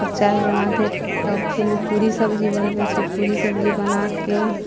तब चाह बनाके तब फेनु पूड़ी सब्जी बनबै छी पूड़ी सब्जी बनाके